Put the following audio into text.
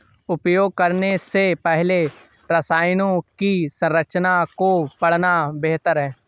उपयोग करने से पहले रसायनों की संरचना को पढ़ना बेहतर है